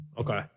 Okay